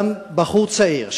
שבחור צעיר,